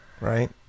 right